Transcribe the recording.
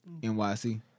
NYC